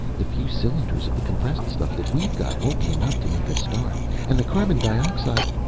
the few cylinders of the compressed stuff that we've got won't be enough to make a start. and the carbon dioxide.